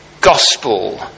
gospel